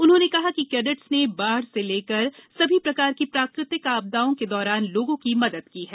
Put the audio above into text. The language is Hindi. उन्होंने कहा कि कैडेटों ने बाढ़ से लेकर सभी प्रकार की प्राकृतिक आपदाओं के दौरान लोगों की मदद की है